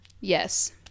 Yes